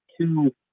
two